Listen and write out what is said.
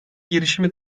girişimi